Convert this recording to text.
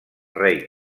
rei